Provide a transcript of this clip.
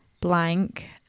blank